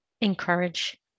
encourage